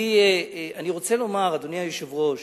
אדוני היושב-ראש,